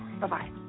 Bye-bye